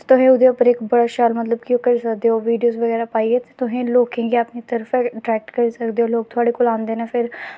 तुसें ओह्दे उप्पर इक बड़ा शैल मतलब कि ओह् करी सकदे ओ वीडियो बगैरा पाइयै तुस लोकें गी अपनी तरफ अट्रैक्ट करी सकदे ओ लोग थोआड़े कोल आंदे न फिर